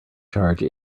charge